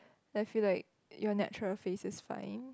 I feel like your natural face is fine